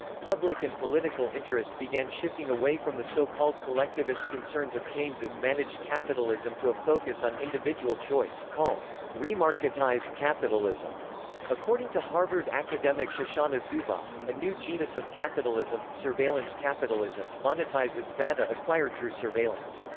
public and political interest began shifting away from the so-called collectivist concerns of keynes's managed capitalism to a focus on individual choice, called remarketized capitalism according to harvard academic shoshana zuboff, a new genus of capitalism, surveillance capitalism, monetizes data acquired through surveillance.